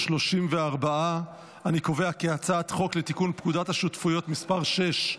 34. אני קובע כי הצעת החוק לתיקון פקודת השותפויות (מס' 6),